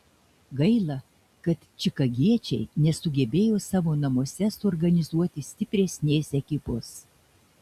gaila kad čikagiečiai nesugebėjo savo namuose suorganizuoti stipresnės ekipos